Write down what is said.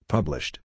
Published